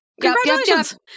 Congratulations